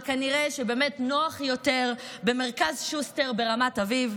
אבל כנראה שנוח יותר במרכז שוסטר ברמת אביב.